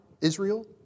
Israel